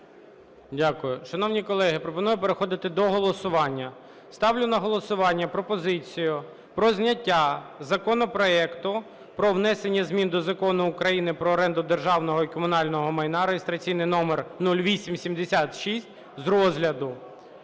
Шановні колеги, пропоную переходити до голосування. Ставлю на голосування пропозицію про зняття законопроекту про внесення змін до Закону України "Про оренду державного і комунального майна" (реєстраційний номер 0876) з розгляду.